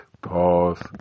pause